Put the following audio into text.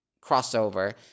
crossover